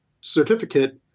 certificate